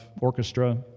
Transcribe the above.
orchestra